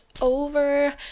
over